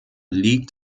liegt